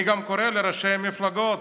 אני גם קורא לראשי המפלגות,